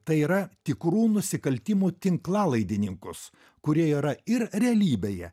tai yra tikrų nusikaltimų tinklalaidininkus kurie yra ir realybėje